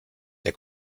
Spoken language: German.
der